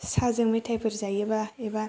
साजों मेथाइफोर जायोबा एबा